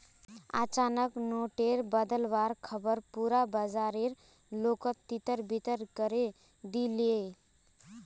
अचानक नोट टेर बदलुवार ख़बर पुरा बाजारेर लोकोत तितर बितर करे दिलए